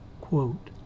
quote